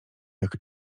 jak